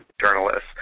journalists